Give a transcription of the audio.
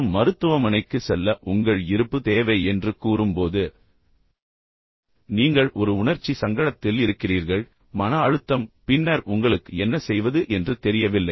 மற்றும் மருத்துவமனைக்குச் செல்ல உங்கள் இருப்பு தேவை என்று கூறி போது பின்னர் நீங்கள் இங்கு செல்ல வேண்டும் நீங்கள் ஒரு உணர்ச்சி சங்கடத்தில் இருக்கிறீர்கள் மன அழுத்தம் பின்னர் உங்களுக்கு என்ன செய்வது என்று தெரியவில்லை